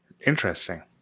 Interesting